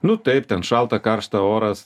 nu taip ten šalta karšta oras